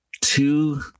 two